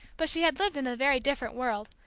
but she had lived in a very different world,